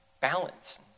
balance